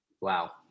Wow